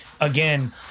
again